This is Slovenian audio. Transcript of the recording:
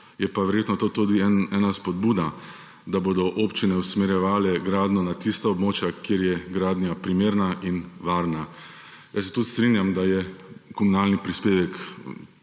je pa verjetno to tudi ena spodbuda, da bodo občine usmerjevale gradnjo na tista območja, kjer je gradnja primerna in varna. Jaz se tudi strinjam, da je komunalni prispevek